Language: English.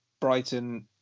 Brighton